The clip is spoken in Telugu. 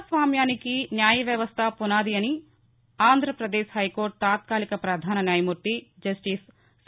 ప్రజాస్వామ్యానికి న్యాయవ్యవస్థ పునాది అని ఆంధ్రప్రదేశ్ హైకోర్టు తాత్మాలిక పధాన న్యాయమూర్తి జస్టిస్ సి